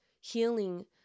healing